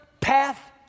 path